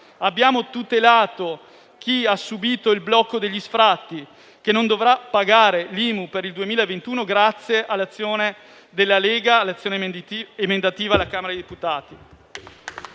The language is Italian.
Abbiamo tutelato chi ha subito il blocco degli sfratti, che non dovrà pagare l'IMU per il 2021 grazie all'azione emendativa della Lega alla Camera dei deputati.